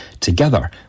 Together